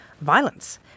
violence